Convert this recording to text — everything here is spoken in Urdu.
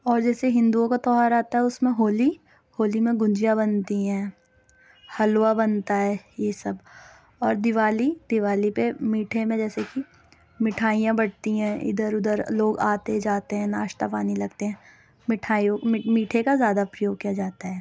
اور جیسے ہندؤوں کا تہوار آتا ہے اُس میں ہولی ہولی میں گجیا بنتی ہیں حلوہ بنتا ہے یہ سب اور دیوالی دیوالی پہ میٹھے میں جیسے کہ مٹھائیاں بٹتی ہیں اِدھر اُدھر لوگ آتے جاتے ہیں ناشتہ پانی لگتے ہیں مٹھائیوں میٹھے کا زیادہ پریوگ کیا جاتا ہے